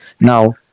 Now